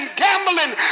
gambling